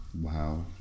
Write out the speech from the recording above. Wow